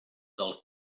del